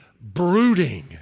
brooding